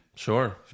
Sure